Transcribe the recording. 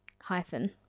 Hyphen